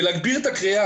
ולהגביר את הקריאה,